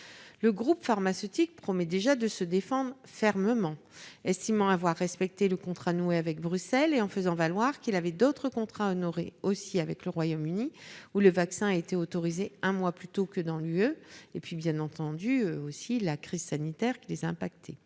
Le groupe pharmaceutique promet déjà de se défendre fermement, estimant avoir respecté le contrat noué avec Bruxelles et faisant valoir qu'il avait d'autres contrats à honorer avec le Royaume-Uni, où le vaccin a été autorisé un mois plus tôt que dans l'Union européenne. Quoi qu'il en soit, cette société